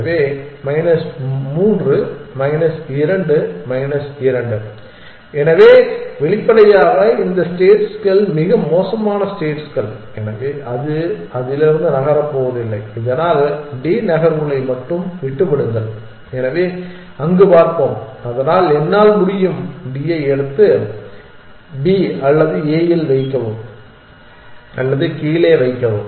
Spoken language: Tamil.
எனவே இது மைனஸ் 3 மைனஸ் 2 மைனஸ் 2 எனவே வெளிப்படையாக இந்த ஸ்டேட்ஸ்கள் மிக மோசமான ஸ்டேட்ஸ்கள் எனவே அது அதிலிருந்து நகரப் போவதில்லை இதனால் D நகர்வுகளை மட்டும் விட்டுவிடுங்கள் எனவே அங்கு பார்ப்போம் அதனால் என்னால் முடியும் D ஐ எடுத்து B அல்லது A இல் வைக்கவும் அல்லது கீழே வைக்கவும்